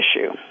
issue